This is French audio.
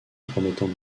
promettant